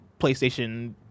playstation